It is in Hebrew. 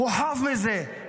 הוא חף מזה.